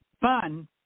fun